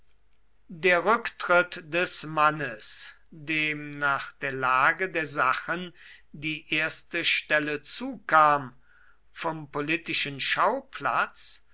der rücktritt des mannes dem nach der lage der sachen die erste stelle zukam vom politischen schauplatz